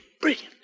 Brilliant